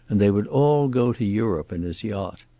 and they would all go to europe in his yacht.